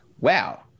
wow